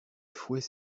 fouet